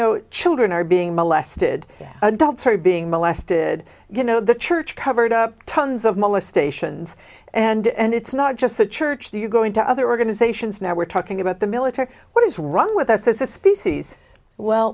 know children are being molested that adultery being molested you know the church covered up tons of molestations and it's not just the church that you go into other organizations now we're talking about the military what is wrong with